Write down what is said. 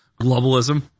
globalism